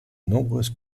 nombreuses